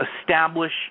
establish